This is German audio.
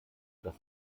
das